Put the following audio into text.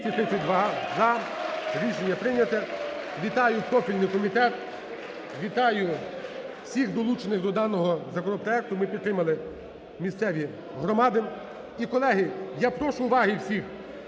– "за". Рішення прийняте. Вітаю профільний комітету. Вітаю всіх, долучених до даного законопроекту. Ми підтримали місцеві громади. І, колеги, я прошу уваги всіх: